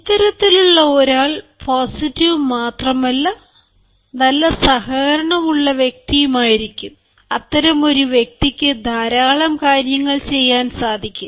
ഇത്തരത്തിലുള്ള ഒരാൾ പോസിറ്റീവ് മാത്രമല്ല നല്ല സഹകരണം ഉള്ള വ്യക്തിയും ആയിരിക്കും അത്തരമൊരു വ്യക്തിക്ക് ധാരാളം കാര്യങ്ങൾ ചെയ്യാൻ സാധിക്കും